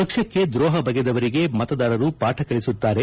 ಪಕ್ಷಕ್ಷೆ ದ್ರೋಹ ಬಗೆದವರಿಗೆ ಮತದಾರರು ಪಾಠ ಕಲಿಸುತ್ತಾರೆ